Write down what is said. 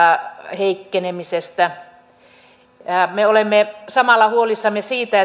heikkenemisestä me olemme samalla huolissamme siitä